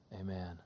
Amen